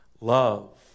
love